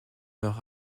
leur